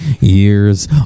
years